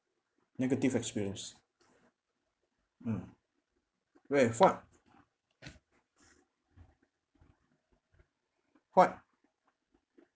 negative experience mm woi fuad fuad